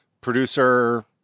producer